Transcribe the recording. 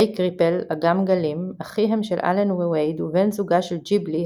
לייק ריפל / אגם גלים – אחיהם של אלן ווייד ובן זוגה של ג'יבלי,